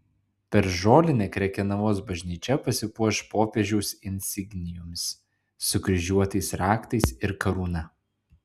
per žolinę krekenavos bažnyčia pasipuoš popiežiaus insignijomis sukryžiuotais raktais ir karūna